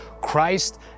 Christ